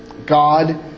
God